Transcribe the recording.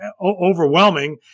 overwhelming